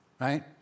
right